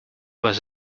was